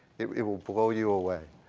it will blow you away.